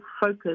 focus